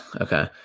Okay